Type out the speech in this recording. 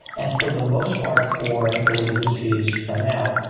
and for the most part for the way the industry is right now,